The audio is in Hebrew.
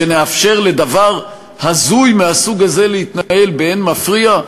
שנאפשר לדבר הזוי מהסוג הזה להתנהל באין מפריע?